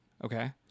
Okay